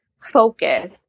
focus